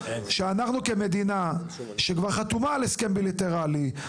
כמדינה שכבר חתומה על הסכם בילטרלי,